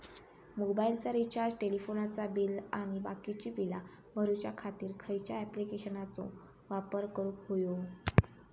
मोबाईलाचा रिचार्ज टेलिफोनाचा बिल आणि बाकीची बिला भरूच्या खातीर खयच्या ॲप्लिकेशनाचो वापर करूक होयो?